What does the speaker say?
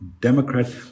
Democrat